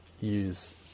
use